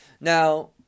Now